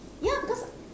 ya because